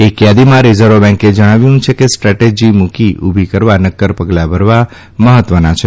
એક યાદીમાં રીઝર્વ બેંકે જણાવ્યું છે કે સ્ટ્રેટેજી મુકી ઉભી કરવા નકકર પગલા ભરવા મહત્વના છે